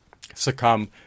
succumb